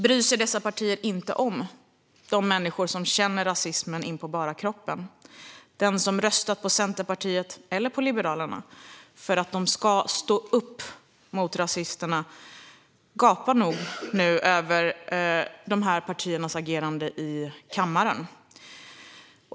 Bryr sig dessa partier inte om de människor som känner rasismen inpå bara kroppen? Den som röstade på Centerpartiet eller Liberalerna för att de skulle stå upp mot rasisterna gapar nog nu över dessa partiers agerande i kammaren.